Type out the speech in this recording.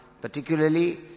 particularly